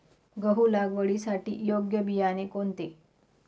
गहू लागवडीसाठी योग्य बियाणे कोणते?